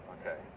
Okay